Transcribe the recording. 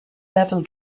level